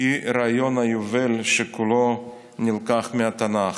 היא רעיון היובל, שכולו נלקח מהתנ"ך.